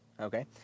Okay